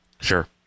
Sure